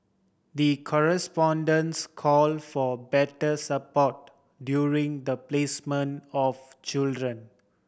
the call for better support during the placement of children